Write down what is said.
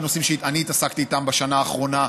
בנושאים שאני התעסקתי בהם בשנה האחרונה,